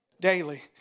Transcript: daily